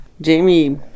Jamie